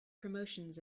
promotions